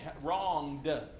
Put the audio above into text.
wronged